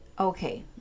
okay